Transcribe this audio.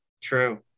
True